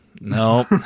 No